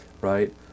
Right